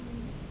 mm